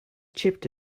chipped